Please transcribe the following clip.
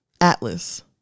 atlas